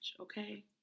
Okay